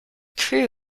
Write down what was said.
crew